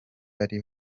bari